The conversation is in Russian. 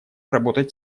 работать